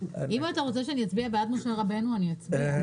אם אתה רוצה שאני אצביע בעד משה רבנו אני אצביע,